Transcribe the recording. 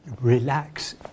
relax